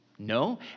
No